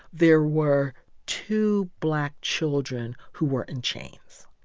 there were two black children who were in chains.